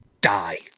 die